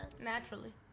naturally